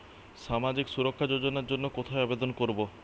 সামাজিক সুরক্ষা যোজনার জন্য কোথায় আবেদন করব?